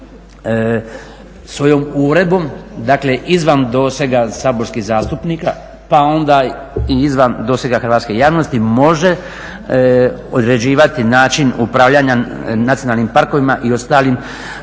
svojom uredbom dakle izvan dosega saborskih zastupnika pa onda i izvan dosega hrvatske javnosti može određivati način upravljanja nacionalnim parkovima i ostalim